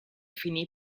finì